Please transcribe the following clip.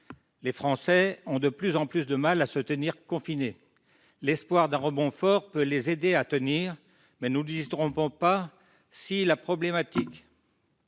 Les Français ont de plus en plus de mal à se tenir confinés. L'espoir d'un rebond fort peut les aider à tenir, mais ne nous y trompons pas : si la problématique